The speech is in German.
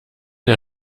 der